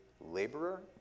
laborer